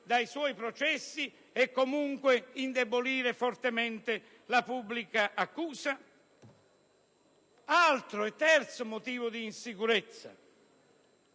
dai suoi processi e, comunque, indebolire fortemente la pubblica accusa? E vengo al terzo motivo di insicurezza,